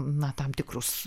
na tam tikrus